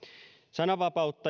sananvapautta